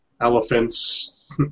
Elephants